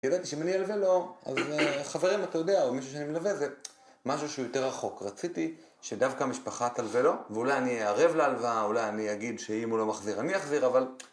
כי ידעתי שאם אני אלווה לו, אז חברים, אתה יודע, או מישהו שאני מלווה, זה משהו שהוא יותר רחוק. רציתי שדווקא המשפחה תלווה לו, ואולי אני אהיה ערב להלוואה, אולי אני אגיד שאם הוא לא מחזיר, אני אחזיר, אבל...